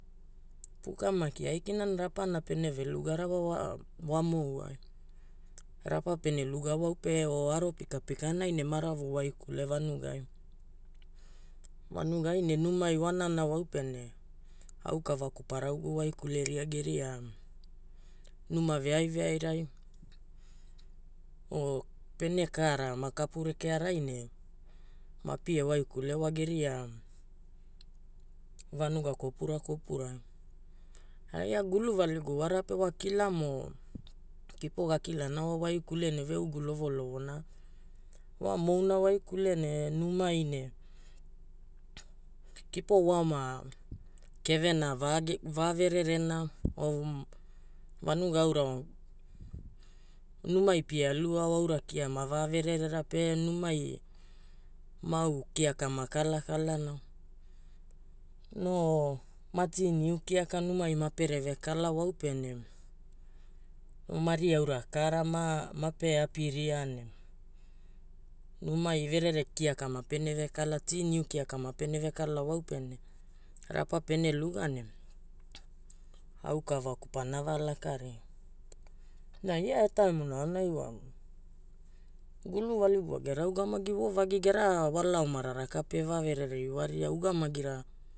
Puka maki aikina na rapana pene velugara wa wamou ai. Rapa pene luga waupe o aro pikapikanai ne maravu waikule vanugai. Vanugai ne numai wanana waupene aukavaku para ugu waikuleria geria numa veaiveairai o pene kaara makapu rekearai ne mapie waikule wa geria vanuga kopura kopurai. Guluvaligu wara pe wa kilamo kipo gakilana wa waikule ne veugu lovolovo na wa mouna waikule ne numai ne kipo waoma kevena vavererena o vanuga aura numai pie aluao aura kia mava vererera pe numai ma aukiaka makalakalana, no ma teaniu kiaka numai pere vekala waupene mari aura kaara mape apiria ne numai verere kiaka mapene vekala, teaniu kiaka numai mapene vekala waupene rapa pene luga ne aukavaku pana valakaria. Na ia etaimuna aonai wa gulugvaligu wa gera ugamagi voovagi gera wala omara raka pe vaverere iwaria ugamagira